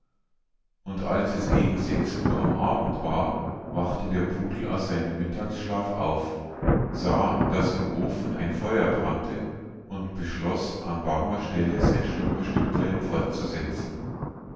und als es gegen sechs uhr am abend war wachte der pudel aus seinem mittagsschlaf auf sah daß im ofen ein feuer brannte und beschloß an warmer stelle sein schlummerstündlein fortzusetzen